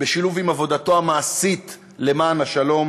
בשילוב עם עבודתו המעשית למען השלום